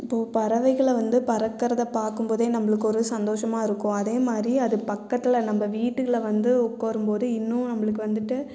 இப்போது பறவைகளை வந்து பறக்கிறத பார்க்கும்போதே நம்மளுக்கு ஒரு சந்தோஸமாக இருக்கும் அதேமாதிரி அது பக்கத்தில் நம்ம வீட்டில் வந்து உட்காரும்போது இன்னும் நம்மளுக்கு வந்துட்டு